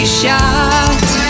shot